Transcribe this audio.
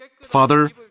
Father